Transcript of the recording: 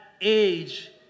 age